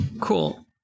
cool